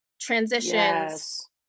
transitions